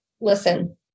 listen